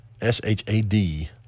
S-H-A-D